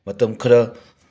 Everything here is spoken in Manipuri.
ꯃꯇꯝ ꯈꯔ